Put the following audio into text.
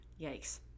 Yikes